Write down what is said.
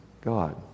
God